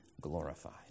glorified